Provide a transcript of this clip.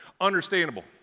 Understandable